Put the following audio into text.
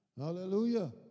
Hallelujah